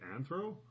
anthro